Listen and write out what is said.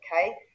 okay